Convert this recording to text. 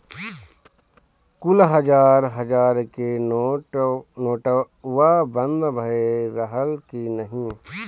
कुल हजार हजार के नोट्वा बंद भए रहल की नाही